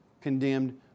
condemned